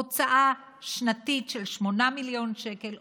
הוצאה שנתית של 8 מיליון שקל,